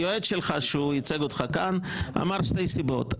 היועץ שלך שייצג אותך כאן אמר שתי סיבות,